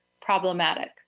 problematic